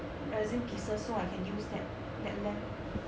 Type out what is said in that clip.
resin pieces so I can use that that lamp